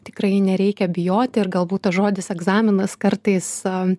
tikrai nereikia bijoti ir galbūt tas žodis egzaminas kartais